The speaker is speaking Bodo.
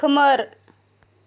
खोमोर